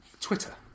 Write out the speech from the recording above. Twitter